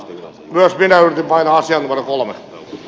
nostin vajaaseen kolme